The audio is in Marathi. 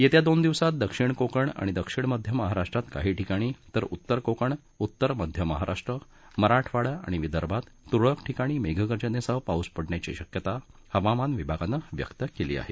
येत्या दोन दिवसात दक्षिण कोकण आणि दक्षिण मध्य महाराष्ट्रात काही ठिकाणी तर उत्तर कोकण उत्तर मध्य महाराष्ट्र मराठवाडा आणि विदर्भात तुरळक ठिकाणी मेघगर्जनेसह पाऊस पडण्याची शक्यता हवामान विभागानं व्यक्त केली आहे